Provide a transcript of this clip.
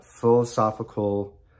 philosophical